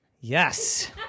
Yes